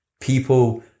People